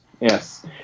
Yes